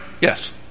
Yes